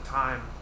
time